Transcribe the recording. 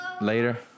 Later